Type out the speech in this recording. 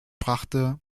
brachte